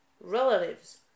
relatives